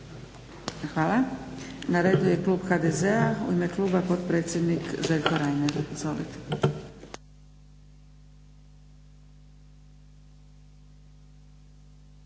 Hvala. Na redu je Klub HDZ-a, u ime kluba potpredsjednik Željko Reiner. Izvolite.